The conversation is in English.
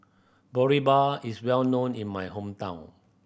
boribap is well known in my hometown